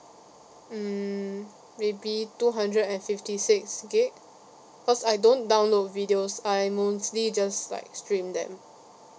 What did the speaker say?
mm maybe two hundred and fifty six gigabyte because I don't download videos I mostly just like stream them